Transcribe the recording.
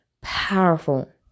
powerful